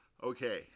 Okay